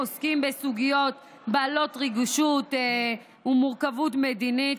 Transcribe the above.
עוסקים בסוגיות בעלות רגישות ומורכבות מדינית,